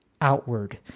outward